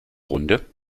runde